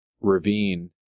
ravine